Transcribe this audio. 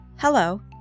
Hello